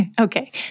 Okay